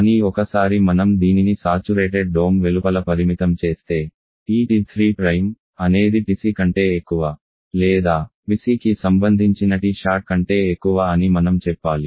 కానీ ఒకసారి మనం దీనిని సాచురేటెడ్ డోమ్ వెలుపల పరిమితం చేస్తే ఈ T3 అనేది TC కంటే ఎక్కువ లేదా PC కి సంబంధించిన Tsat కంటే ఎక్కువ అని మనం చెప్పాలి